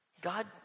God